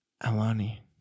alani